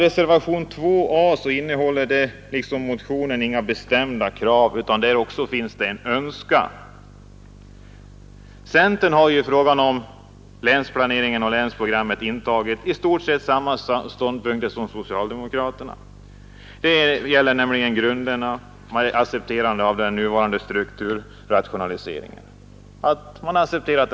Reservationen 2 a innehåller liksom motionen 1361 inga bestämda krav, utan en önskan. Centern har ju i fråga om länsplaneringen och 55 länsprogrammet intagit i stort sett samma ståndpunkter som socialdemokraterna när det gäller grunderna, nämligen att strukturrationaliseringen skall få fortgå.